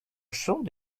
should